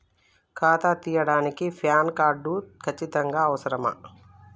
ఖాతా తీయడానికి PAN card ఖచ్చితంగా అవసరమా?